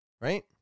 right